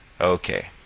okay